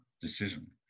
decision